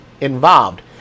involved